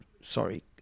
Sorry